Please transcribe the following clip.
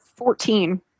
Fourteen